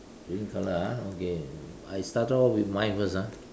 green colour ah okay you know I started off with mine first ah